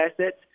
assets